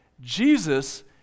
Jesus